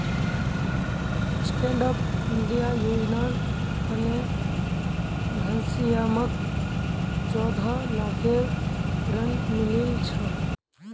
stand up India योजनार तने घनश्यामक चौदह लाखेर ऋण मिलील छ